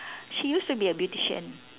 she used to be a beautician